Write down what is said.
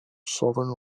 southern